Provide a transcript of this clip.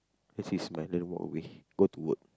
then she smile then walk away go to work